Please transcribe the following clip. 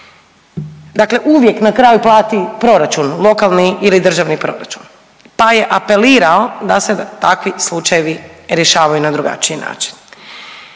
dakle uvijek na kraju plati proračun, lokalni ili državni proračun, pa je apelirao da se takvi slučajevi rješavaju na drugačiji način.